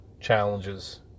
Challenges